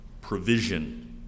provision